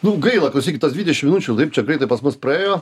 nu gaila klausykit tos dvidešim minučių taip čia greitai pas mus praėjo